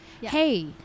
Hey